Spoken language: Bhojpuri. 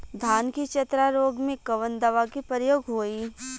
धान के चतरा रोग में कवन दवा के प्रयोग होई?